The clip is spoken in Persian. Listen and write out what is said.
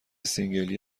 سینگلی